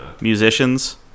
musicians